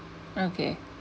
okay